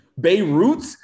Beirut